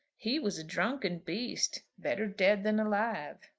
he was a drunken beast better dead than alive.